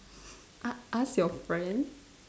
a~ ask your friend